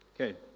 Okay